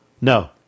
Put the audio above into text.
No